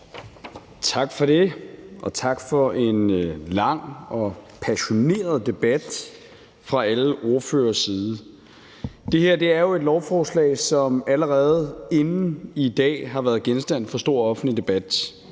Tak for det, og tak for en lang og passioneret debat fra alle ordføreres side. Det her er jo et lovforslag, som allerede inden i dag har været genstand for stor offentlig debat.